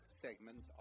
segment